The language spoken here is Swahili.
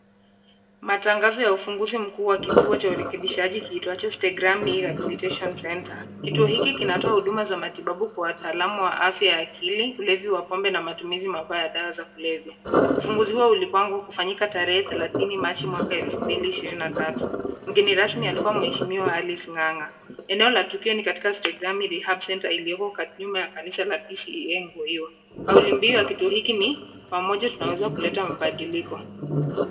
Matangazo ya ufunguzi mkuu wa kituo cha urekebishaji kiitwacho (cs) Stegrami Rehabilitation Center (cs). Kituo hiki kinatoa huduma za matibabu kwa wataalamu wa afya ya akili, ulevi wa pombe na matumizi mabaya ya dawa za kulevya. Ufunguzi huo ulipangwa kufanyika tarehe thelathini, machi, mwaka wa elfu mbili ishirini na tatu. Mgeni rasmi alikua mheshimiwa Alice Ng'ang'a. Eneo la tukio ni katika (cs) Stegrami Rehab Center (cs) iliyoko nyuma ya kanisa la PCEA Ngoingwa. Kauli mbio ya tukio hili ni, "pamoja tunaweza kuleta mabadiliko".